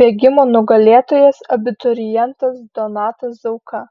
bėgimo nugalėtojas abiturientas donatas zauka